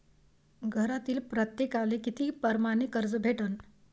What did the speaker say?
घरातील प्रत्येकाले किती परमाने कर्ज भेटन?